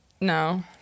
No